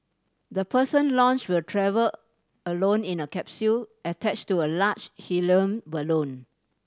the person launch will travel alone in a capsule attach to a large helium balloon